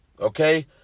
Okay